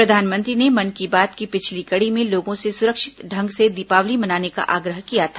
प्रधानमंत्री ने मन की बात की पिछली कड़ी में लोगों से सुरक्षित ढंग से दीपावली मनाने का आग्रह किया था